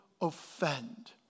offend